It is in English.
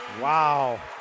Wow